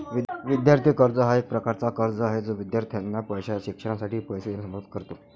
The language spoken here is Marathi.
विद्यार्थी कर्ज हा एक प्रकारचा कर्ज आहे जो विद्यार्थ्यांना शिक्षणासाठी पैसे देण्यास मदत करतो